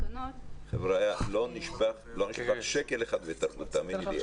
חבריה, לא נשפך שקל אחד בתרבות, תאמיני לי.